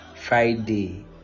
Friday